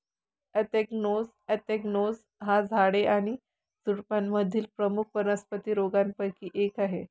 anthracnose anthracnose हा झाडे आणि झुडुपांमधील प्रमुख वनस्पती रोगांपैकी एक आहे